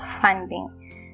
funding